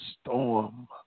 storm